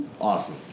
awesome